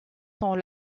sont